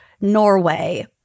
Norway